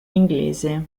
inglese